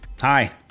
Hi